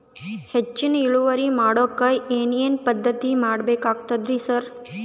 ಹೆಚ್ಚಿನ್ ಇಳುವರಿ ಮಾಡೋಕ್ ಏನ್ ಏನ್ ಪದ್ಧತಿ ಮಾಡಬೇಕಾಗ್ತದ್ರಿ ಸರ್?